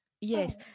yes